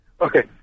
Okay